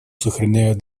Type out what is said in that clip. сохраняют